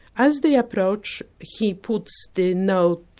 as they approach he puts the note,